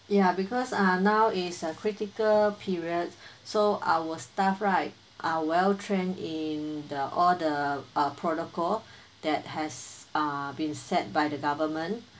ya because uh now is a critical period so our staff right are well trained in the all the uh protocol that has uh been set by the government